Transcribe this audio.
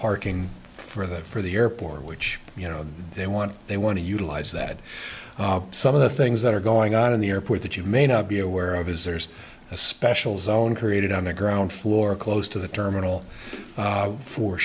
parking for the for the airport which you know they want they want to utilize that some of the things that are going on in the airport that you may not be aware of his there's a special zone created on the ground floor close to the terminal